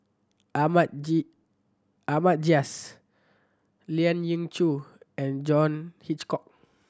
Ahmad Ahmad Jais Lien Ying Chow and John Hitchcock